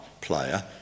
player